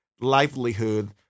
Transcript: livelihood